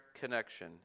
connection